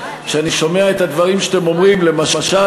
כשאני שומע את הדברים שאתם אומרים למשל